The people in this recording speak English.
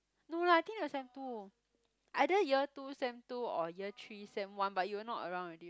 no lah I think it was sem two either year two sem two or year three sem one but you were not around already